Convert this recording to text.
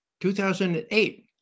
2008